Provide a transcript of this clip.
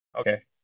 Okay